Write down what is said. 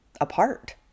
apart